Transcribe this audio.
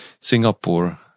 Singapore